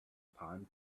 palm